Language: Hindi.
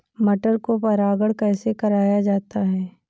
मटर को परागण कैसे कराया जाता है?